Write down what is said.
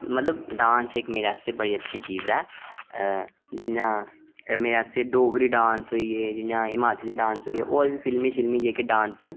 मतलव डांस इक मेरे लेई बड़ी अच्छी चीज़ ऐ जि'यां डोगरी डांस होई गेआ हिमाचली डांस होइया ते फिल्मी डांस होई गेआ